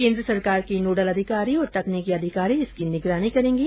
केन्द्र सरकार के नोडल अधिकारी और तकनीकी अधिकारी इसकी निगरानी करेंगे